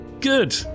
good